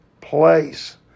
place